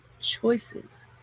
choices